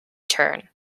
turn